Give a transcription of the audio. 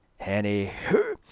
Anywho